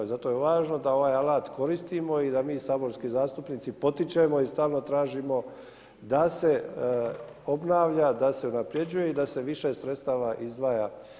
I zato je važno da ovaj alat koristimo i da mi saborski zastupnici potičemo i stalno tražimo da se obnavlja, da se unapređuje i da se više sredstava izdvaja.